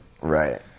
right